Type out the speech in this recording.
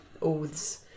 oaths